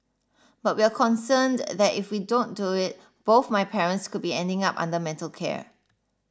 but we're concerned that if we don't do it both my parents could be ending up under mental care